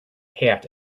hat